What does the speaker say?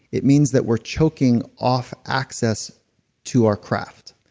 it means that we're choking off access to our craft.